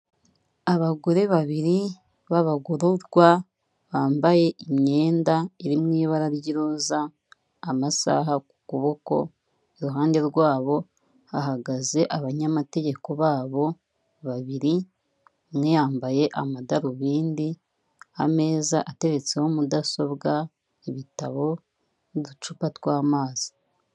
Abagore babiri b'abagororwa bambaye imyenda iri mu ibara ry'iroza, amasaha ku kuboko, iruhande rwabo hahagaze abanyamategeko babo babiri, umwe yambaye amadarubindi, ameza atetseho mudasobwa ibitabo n'uducupa tw'amazi